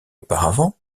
auparavant